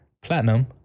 platinum